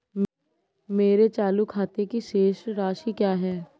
मेरे चालू खाते की शेष राशि क्या है?